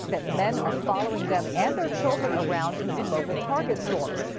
that men are following them and their children around in some local target stores.